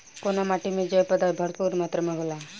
कउना माटी मे जैव पदार्थ भरपूर मात्रा में होला?